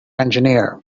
engineer